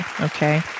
Okay